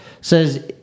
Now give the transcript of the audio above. says